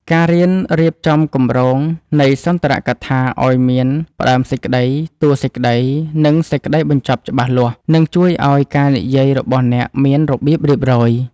ការរៀនរៀបចំគ្រោងនៃសន្ទរកថាឱ្យមាន ផ្ដើមសេចក្ដី តួសេចក្ដី និងសេចក្ដីបញ្ចប់ ច្បាស់លាស់ នឹងជួយឱ្យការនិយាយរបស់អ្នកមានរបៀបរៀបរយ។